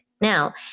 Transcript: Now